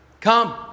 Come